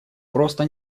просто